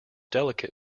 delicate